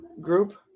group